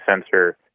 sensor